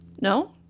No